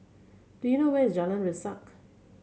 do you know where is Jalan Resak